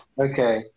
okay